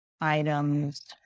items